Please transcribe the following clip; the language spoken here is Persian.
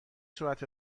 صورت